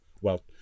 well-